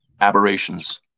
aberrations